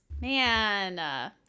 Man